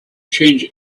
change